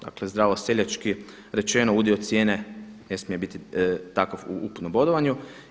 Dakle, zdravo seljački rečeno udio cijene ne smije biti takav u ukupnom bodovanju.